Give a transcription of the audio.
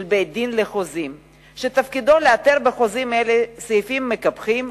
בית-דין לחוזים שתפקידו לאתר בחוזים אלה סעיפים מקפחים,